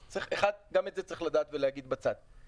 אז גם את זה צריך לדעת ולהגיד בצד.